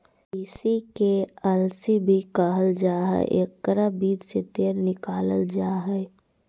तीसी के अलसी भी कहल जा हइ एकर बीज से तेल निकालल जा हइ